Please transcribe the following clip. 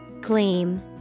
Gleam